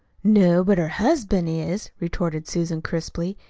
no, but her husband is, retorted susan crisply.